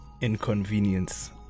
Inconvenience